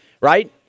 right